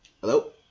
Hello